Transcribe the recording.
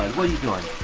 what are you doing